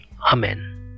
Amen